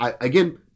again